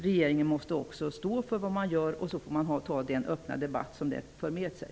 Regeringen måste stå för vad den gör och ta den öppna debatt som det för med sig.